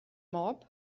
mob